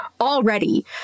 already